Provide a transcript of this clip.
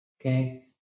okay